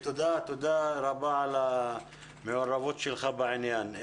תודה רבה על המעורבות שלך בעניין.